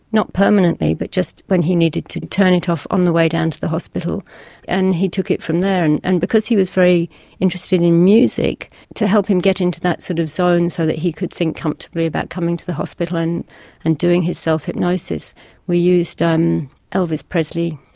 not permanently but just when he needed to turn it off on the way down to the hospital and he took it from there. and and because he was very interested in music to help him get into that sort of zone so he could think comfortably about coming to the hospital and and doing his self hypnosis we used um elvis presley,